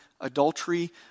adultery